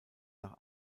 nach